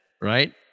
right